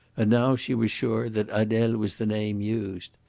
and now she was sure that adele was the name used.